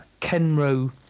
Kenro